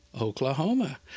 Oklahoma